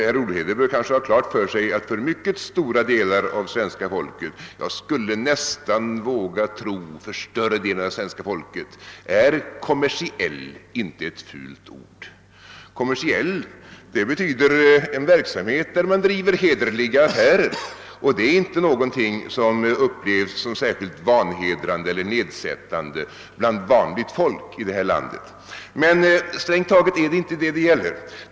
Herr Olhede bör kanske ha klart för sig, att för mycket stora delar av svenska folket — jag skulle nästan våga tro för större delen av svenska folket -— är benämningen »kommersiell» inte något fult ord. Ordet kommersiell betyder en verksamhet där man bedriver hederliga affärer, och detta är ingenting som upplevs som särskilt vanhedrande eller nedsättande bland vanligt folk i det här landet. Men strängt taget är det inte detta saken gäller.